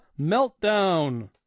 meltdown